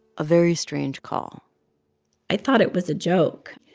a very strange call i thought it was a joke.